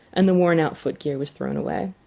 and the worn-out foot-gear was thrown away.